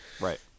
Right